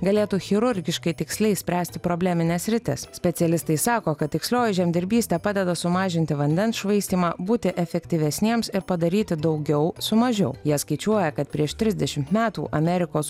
galėtų chirurgiškai tiksliai spręsti problemines sritis specialistai sako kad tikslioji žemdirbystė padeda sumažinti vandens švaistymą būti efektyvesniems ir padaryti daugiau su mažiau jie skaičiuoja kad prieš trisdešimt metų amerikos